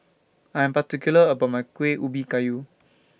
I'm particular about My Kuih Ubi Kayu